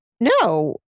No